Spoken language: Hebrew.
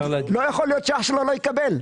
יכול להיות שאח שלו לא יקבל.